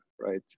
right